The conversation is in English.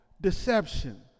deception